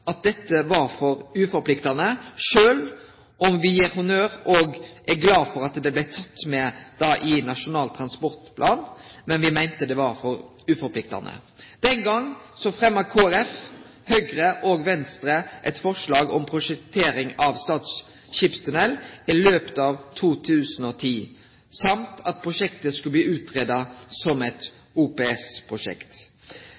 at dette var for uforpliktande, sjølv om vi gir honnør og er glad for at det blei teke med i Nasjonal transportplan. Men vi meinte det var for uforpliktande. Den gangen fremma Kristeleg Folkeparti, Høgre og Venstre eit forslag om prosjektering av Stad skipstunnel i 2010 og at ein skulle utgreie prosjektet som